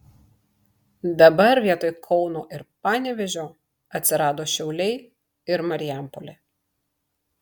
dabar vietoj kauno ir panevėžio atsirado šiauliai ir marijampolė